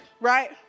right